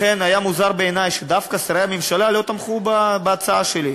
לכן היה מוזר בעיני שדווקא שרי הממשלה לא תמכו בהצעה שלי.